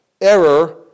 error